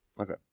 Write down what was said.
Okay